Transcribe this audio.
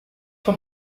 von